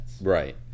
right